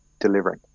delivering